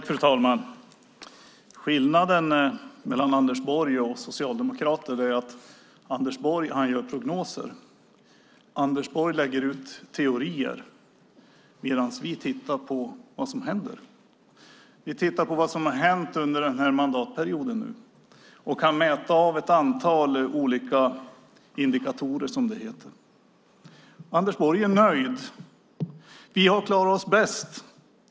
Fru talman! Skillnaden mellan Anders Borg och socialdemokrater är att Anders Borg gör prognoser, lägger ut teorier, medan vi tittar på vad som händer. Vi tittar nu på vad som har hänt under mandatperioden. Vi kan mäta ett antal olika indikatorer. Anders Borg är nöjd. Han säger att Sverige har klarat sig bäst.